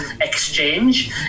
exchange